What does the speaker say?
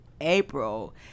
April